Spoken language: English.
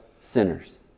sinners